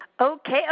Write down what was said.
Okay